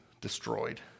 destroyed